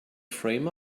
frame